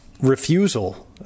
refusal